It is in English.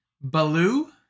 Baloo